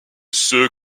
ceux